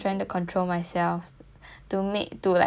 to make to like prioritize the need first